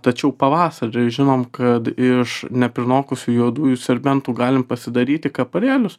tačiau pavasarį žinom kad iš neprinokusių juodųjų serbentų galim pasidaryti kaparėlius